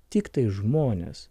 tiktai žmonės